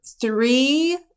three